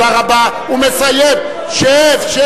הוא מסיים, האם ליהודים מותר, בשמעון-הצדיק?